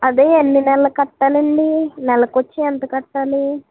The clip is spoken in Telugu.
అదే ఎన్ని నెలలు కట్టాలండి నెలకొచ్చి ఎంత కట్టాలి